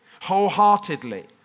wholeheartedly